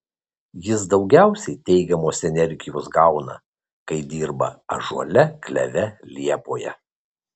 jis daugiausiai teigiamos energijos gauna kai dirba ąžuole kleve liepoje